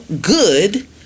good